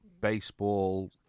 baseball